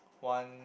one